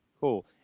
Cool